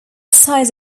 side